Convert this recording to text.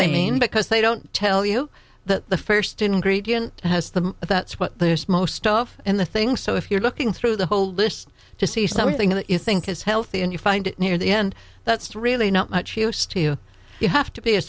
mean because they don't tell you the first ingredient has them that's what most stuff in the thing so if you're looking through the whole list to see something that you think is healthy and you find it near the end that's really not much use to you you have to be a